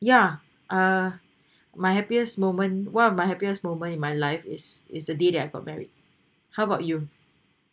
yeah uh my happiest moment one of my happiest moment in my life is is the day that I got married how about you